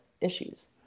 issues